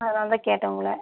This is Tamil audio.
அதனால் தான் கேட்டேன் உங்களை